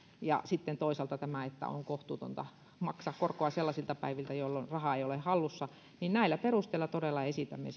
ja sitten toisaalta sillä perusteella että on kohtuutonta maksaa korkoa sellaisilta päiviltä jolloin rahaa ei ole hallussa todella esitämme